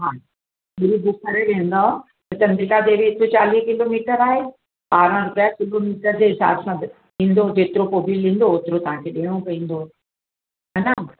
हा पूरी बुक करे वेंदौ त चंद्रीका देवी हितों चालीह किलोमीटर आहे ॿारहं रुपिया किलोमीटर जे हिसाब सां बि जेतिरो पोइ बिल ईंदो ओतिरो तव्हांखे ॾियणो पवंदो हा न